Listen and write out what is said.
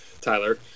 Tyler